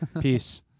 peace